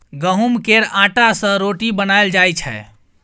गहुँम केर आँटा सँ रोटी बनाएल जाइ छै